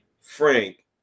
Frank